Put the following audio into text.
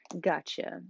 Gotcha